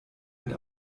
mit